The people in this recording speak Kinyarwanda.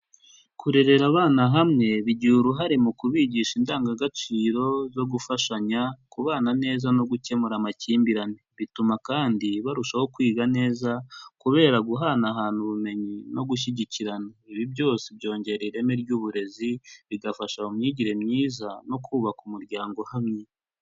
Kurerera abana hamwe, bigira uruhare mu kubigisha indangagaciro zo gufashanya, kubana neza no gukemura amakimbirane. Bituma kandi barushaho kwiga neza kubera guhanahana ubumenyi no gushyigikirana. Ibi byose byongera ireme ry'uburezi, bigafasha mu myigire myiza no kubaka umuryango uhamye.